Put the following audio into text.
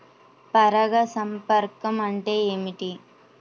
పరాగ సంపర్కం అంటే ఏమిటి?